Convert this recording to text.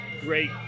great